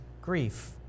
grief